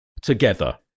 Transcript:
together